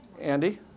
Andy